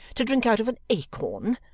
to drink out of an acorn?